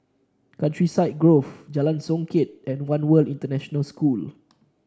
Countryside Grove Jalan Songket and One World International School